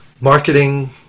marketing